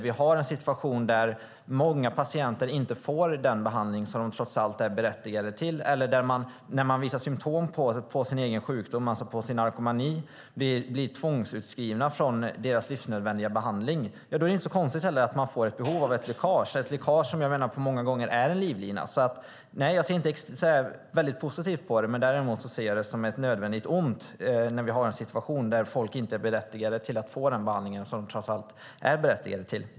Vi har en situation där många patienter inte får den behandling som de trots allt är berättigade till eller där de, när de visar symtom på sin egen sjukdom, alltså sin narkomani, blir tvångsutskrivna från sin livsnödvändiga behandling. Då är det inte så konstigt att det uppstår ett behov av ett läckage - ett läckage som jag menar många gånger är en livlina. Jag ser alltså inte positivt på läckage. Däremot ser jag det som ett nödvändigt ont när vi har en situation där folk inte får den behandling som de trots allt är berättigade till.